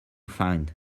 find